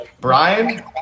Brian